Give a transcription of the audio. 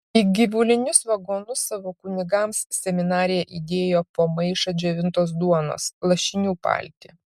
į gyvulinius vagonus savo kunigams seminarija įdėjo po maišą džiovintos duonos lašinių paltį